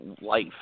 life